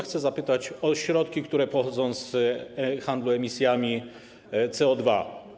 Chcę zapytać o środki, które pochodzą z handlu emisjami CO2